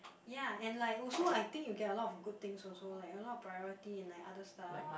ya and like also I think you get a lot of good things also like a lot of priority and like other stuff